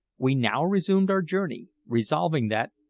we now resumed our journey, resolving that,